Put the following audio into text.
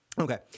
Okay